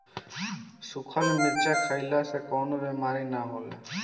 सुखल मरीचा खईला से कवनो बेमारी नाइ होला